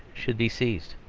should be seized.